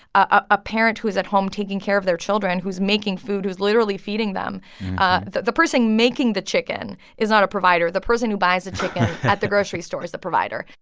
a parent who is at home taking care of their children, who's making food, who's literally feeding them ah the the person making the chicken is not a provider. the person who buys the chicken. at the grocery store is the provider.